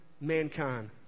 mankind